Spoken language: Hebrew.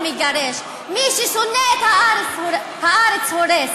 מגרש, מי ששונא את החיים, מגרש,